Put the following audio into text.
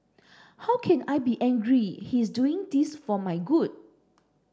how can I be angry he is doing this for my good